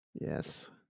Yes